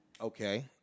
Okay